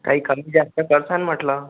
काही कमी जास्त करसान म्हटलं